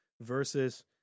versus